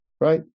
Right